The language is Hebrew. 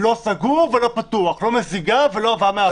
לא סגור ולא פתוח, לא מזיגה ולא הבאה מהבית.